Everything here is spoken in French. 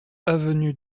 avenue